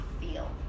feel